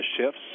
shifts